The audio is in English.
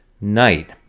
night